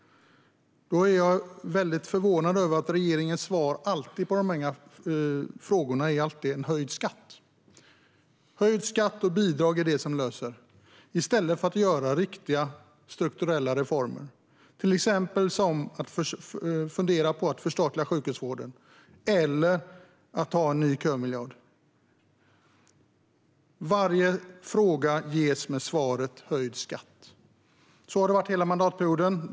Jag är förvånad över att regeringens lösningar på det här alltid är höjd skatt. Höjd skatt och bidrag är lösningen, i stället för riktiga strukturella reformer, till exempel att fundera på att förstatliga sjukhusvården eller att införa en ny kömiljard. Svaret är alltid höjd skatt. På det sättet har det varit hela mandatperioden.